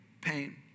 pain